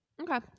Okay